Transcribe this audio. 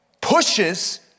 pushes